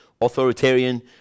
authoritarian